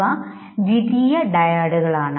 ഇവ ദ്വിതീയ ഡയാഡുകളാണ്